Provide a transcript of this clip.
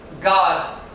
God